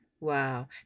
Wow